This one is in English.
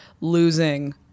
losing